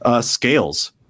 scales